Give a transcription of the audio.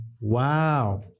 wow